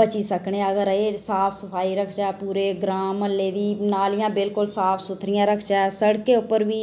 बची सकने आं अगर एह् साफ सफाई रखचै ग्रांऽ म्हल्लै दी नालियां बिल्कुल साफ रखचै सड़कें उप्पर बी